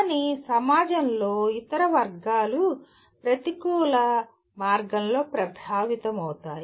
కానీ సమాజంలోని ఇతర వర్గాలు ప్రతికూల మార్గంలో ప్రభావితమవుతాయి